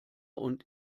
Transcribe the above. und